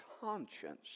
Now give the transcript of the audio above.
conscience